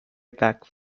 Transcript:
back